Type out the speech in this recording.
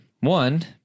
One